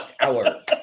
hour